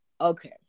okay